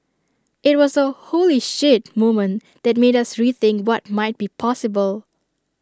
IT was A 'holy shit' moment that made us rethink what might be possible